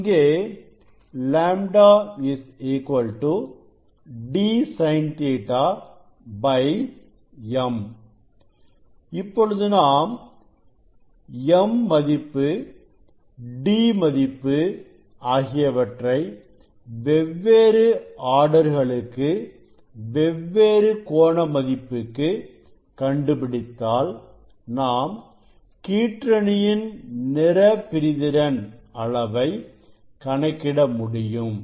இங்கே λ d Sin Ɵ m இப்பொழுது நாம் m மதிப்பு d மதிப்பு ஆகியவற்றை வெவ்வேறு ஆர்டர்களுக்கு வெவ்வேறு கோண மதிப்புக்கு கண்டுபிடித்தால் நாம் கீற்றணியின் நிற பிரிதிறன் அளவை கணக்கிட முடியும்